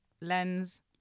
lens